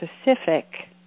specific